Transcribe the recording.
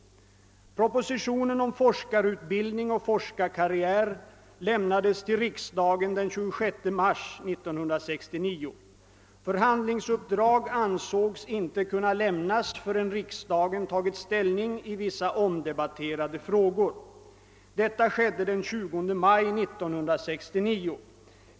Propositionen om forskarutbildning och forskarkarriär lämnades till riksdagen den 26 mars 1969. Förhandlingsuppdrag ansågs inte kunna lämnas förrän riksdagen tagit ställning i vissa omdebatterade frågor. Detta skedde den 20 maj 1969.